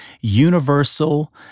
universal